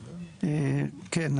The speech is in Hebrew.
כן.